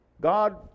God